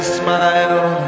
smile